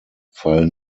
fall